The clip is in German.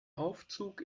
aufzug